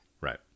Right